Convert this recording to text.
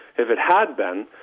if it had been,